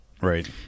Right